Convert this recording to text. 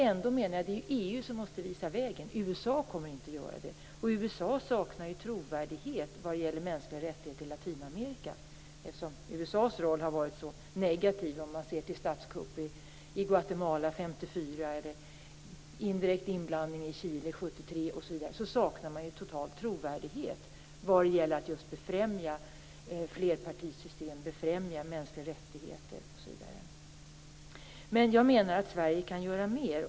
Ändå menar jag att det är EU som måste visa vägen, för USA kommer inte att göra det. USA saknar totalt trovärdighet vad gäller att befrämja flerpartisystem och mänskliga rättigheter i Latinamerika, eftersom USA:s roll har varit så negativ med tanke på statskuppen i Guatemala 1954, indirekt inblandning i Sverige kan göra mer.